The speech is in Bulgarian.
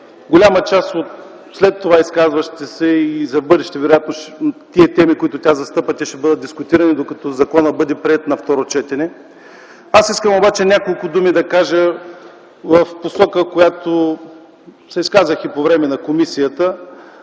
голяма част след това изказващите се, и в бъдеще вероятно, темите, които тя застъпи, ще бъдат дискутирани, докато законопроектът бъде приет на второ четене. Аз искам обаче да кажа няколко думи в посока, в която се изказах и по време на комисията.